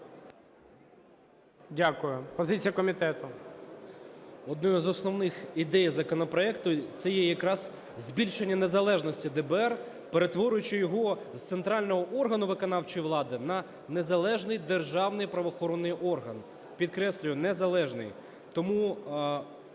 Д.А. Однією із основних ідей законопроекту це є якраз збільшення незалежності ДБР, перетворюючи його з центрального органу виконавчої влади на незалежний державний правоохоронний орган, підкреслюю, незалежний. Тому